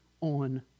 on